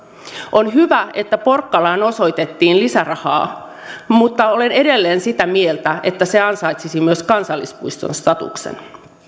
on hyvä että porkkalaan osoitettiin lisärahaa mutta olen edelleen sitä mieltä että se ansaitsisi myös kansallispuiston statuksen